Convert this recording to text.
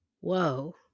Whoa